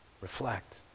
reflect